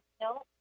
no